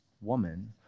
woman